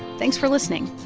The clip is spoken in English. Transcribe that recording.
thanks for listening